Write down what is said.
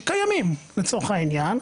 שקיימים לצורך העניין,